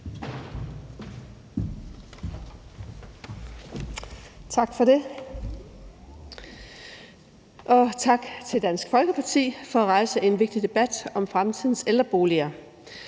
Tak for det. Og tak til Dansk Folkeparti for at rejse en vigtig debat om fremtidens ældreboliger.